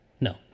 No